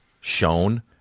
shown